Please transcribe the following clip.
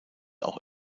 auch